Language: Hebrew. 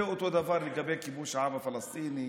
זה אותו דבר לגבי כיבוש העם הפלסטיני.